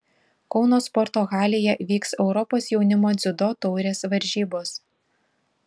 kauno sporto halėje vyks europos jaunimo dziudo taurės varžybos